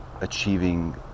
achieving